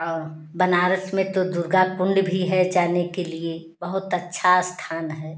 और बनारस में तो दुर्गा कुंड भी है जाने के लिए बहुत अच्छा स्थान है